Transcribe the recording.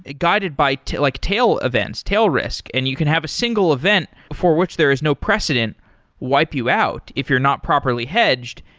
ah guided by like tail events, tail risk, and you can have a single event for which there is no president wipe you out if you're not properly hedged.